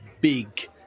big